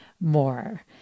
more